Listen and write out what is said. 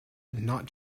not